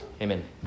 Amen